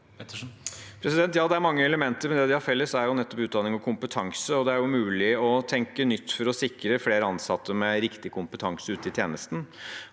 Ja, det er mange ele- menter, men det de har felles, er nettopp utdanning og kompetanse. Det er mulig å tenke nytt for å sikre flere ansatte med riktig kompetanse ute i tjenesten.